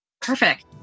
Perfect